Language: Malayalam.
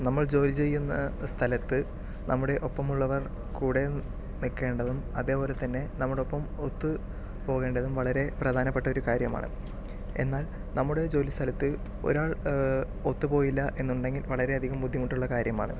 നമ്മൾ ജോലി ചെയ്യുന്ന സ്ഥലത്ത് നമ്മുടെ ഒപ്പമുള്ളവർ കൂടെയും നിൽക്കേണ്ടതും അതേപോലെത്തന്നെ നമ്മുടെ ഒപ്പം ഒത്ത് പോകേണ്ടതും വളരെ പ്രധാനപ്പെട്ട ഒരു കാര്യമാണ് എന്നാൽ നമ്മുടെ ജോലി സ്ഥലത്ത് ഒരാൾ ഒത്ത് പോയില്ല എന്നുണ്ടെങ്കിൽ വളരെ അധികം ബുദ്ധിമുട്ടുള്ള കാര്യമാണ്